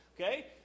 Okay